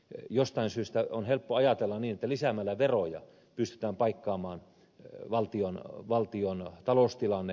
jostain syystä on helppo ajatella niin että lisäämällä veroja pystytään paikkaamaan valtion taloustilanne